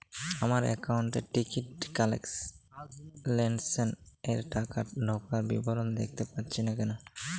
আমার একাউন্ট এ ticket cancellation এর টাকা ঢোকার বিবরণ দেখতে পাচ্ছি না কেন?